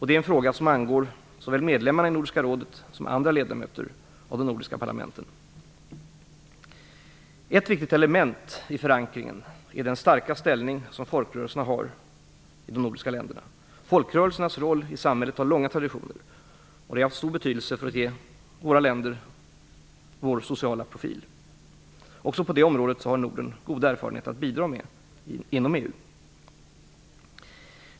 Det är en fråga som angår såväl medlemmarna i Nordiska rådet som andra ledamöter av de nordiska parlamenten. Ett viktigt element i förankringen är den starka ställning som folkrörelserna har i de nordiska länderna. Folkrörelsernas roll i samhället har långa traditioner av stor betydelse för att ge de nordiska länderna deras sociala profil. Även på detta område har Norden goda erfarenheter att bidra med inom EU.